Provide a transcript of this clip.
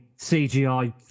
CGI